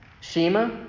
Shema